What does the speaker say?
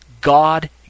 God